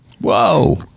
Whoa